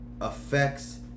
affects